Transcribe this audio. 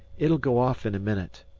it'll go off in a minute.